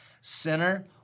Sinner